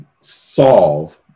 solve